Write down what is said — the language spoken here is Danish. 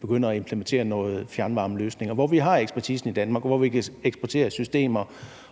begynde at implementere nogle fjernvarmeløsninger. Her har vi ekspertisen i Danmark, og vi kan eksportere systemer,